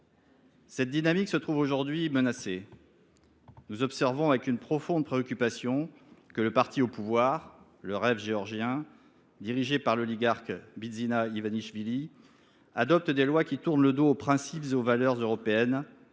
Cette dynamique se trouve aujourd’hui menacée. Nous observons avec une profonde préoccupation que le parti au pouvoir, Rêve géorgien, dirigé par l’oligarque Bidzina Ivanichvili, adopte des lois qui tournent le dos aux valeurs et aux principes européens,